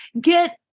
get